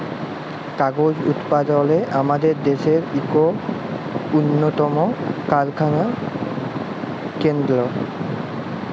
কাগজ উৎপাদলে আমাদের দ্যাশের ইক উল্লতম কারখালা কেলদ্র